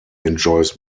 enjoys